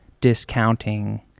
discounting